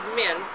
men